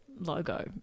logo